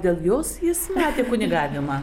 dėl jos jis metė kunigavimą